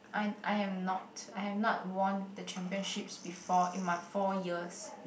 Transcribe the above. I am I am not I have not won the championships before in my four years